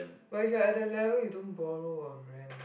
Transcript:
but if you are at that level you don't borrow or rent